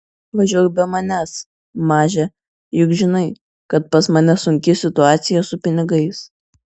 važiuok be manęs maže juk žinai kad pas mane sunki situaciją su pinigais